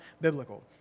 biblical